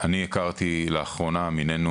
לאחרונה מינינו